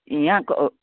यहाँको